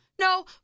No